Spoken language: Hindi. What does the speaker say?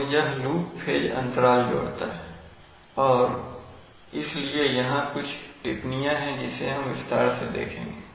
तो यह लूप फेज अंतराल जोड़ता है और इसलिए यहां कुछ टिप्पणियां हैं जिसे हम विस्तार से देखेंगे